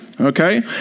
okay